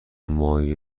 مایع